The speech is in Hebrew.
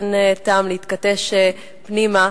אין טעם להתכתש פנימה.